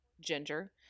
Ginger